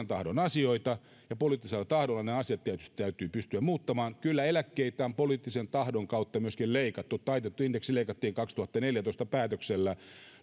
tahdon asioita ja poliittisella tahdolla nämä asiat tietysti täytyy pystyä muuttamaan kyllä eläkkeitä on poliittisen tahdon kautta myöskin leikattu taitettu indeksi leikattiin kaksituhattaneljätoista päätöksellä